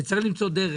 וצריך למצוא דרך.